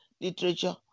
literature